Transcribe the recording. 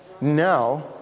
Now